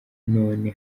none